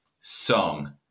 song